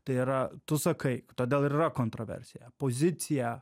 tai yra tu sakai todėl ir yra kontroversija pozicija